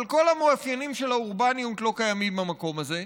אבל כל המאפיינים של האורבניות לא קיימים במקום הזה,